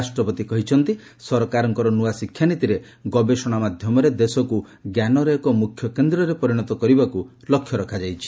ରାଷ୍ଟ୍ରପତି କହିଛନ୍ତି ସରକାରଙ୍କର ନୂଆ ଶିକ୍ଷାନୀତିରେ ଗବେଷଣା ମାଧ୍ୟମରେ ଦେଶକୁ ଜ୍ଞାନର ଏକ ମ୍ରଖ୍ୟ କେନ୍ଦ୍ରରେ ପରିଣତ କରିବାକ୍ ଲକ୍ଷ୍ୟ ରଖାଯାଇଛି